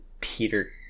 Peter